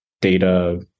data